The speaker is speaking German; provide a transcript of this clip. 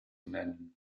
nennen